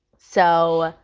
so